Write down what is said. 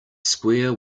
square